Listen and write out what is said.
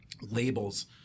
labels –